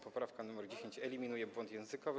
Poprawka nr 10 eliminuje błąd językowy.